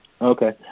Okay